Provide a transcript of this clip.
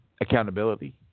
accountability